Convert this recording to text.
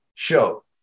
show